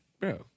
bro